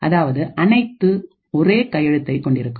அதாவது அனைத்து ஒரே கையெழுத்தை கொண்டிருக்கும்